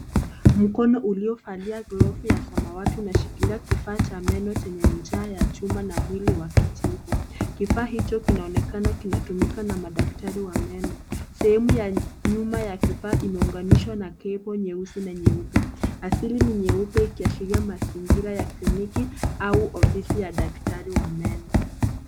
Mkono uliovalia glovu ya samawati inashikilia kifaa cha meno chenye ncha ya chuma na mwili wa kijivu. Kifaa hicho kinaonekana kinatumika na madaktari wa meno. Sehemu ya nyuma ya kifaa imeunganishwa na kepo nyeusi na nyeupe. Asili ni nyeupe ikiashiria mazingira ya kliniki au ofisi ya daktari wa meno.